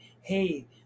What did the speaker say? hey